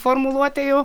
formuluotė jau